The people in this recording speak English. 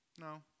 No